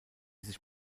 sich